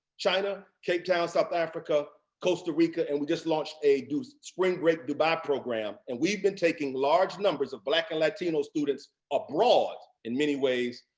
china, cape town, south africa, costa rica and we just launched a spring break dubai program. and we've been taking large numbers of black and latino students abroad in many ways,